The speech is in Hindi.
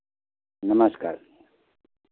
नमस्कार